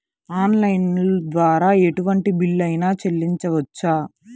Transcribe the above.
Online ద్వారా ఎటువంటి bill అయినా చెల్లించవచ్చా?